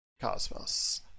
cosmos